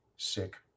sick